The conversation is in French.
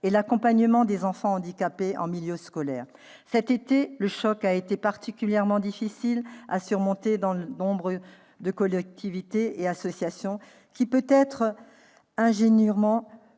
et à l'accompagnement des enfants handicapés en milieu scolaire. Cet été, le choc a été d'autant plus difficile à surmonter que nombre de collectivités et d'associations, peut-être ingénument,